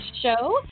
show